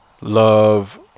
Love